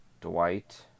Dwight